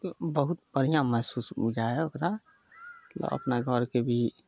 बहुत बढ़िआँ महसूस बुझय हइ ओकरा अपना घरके भी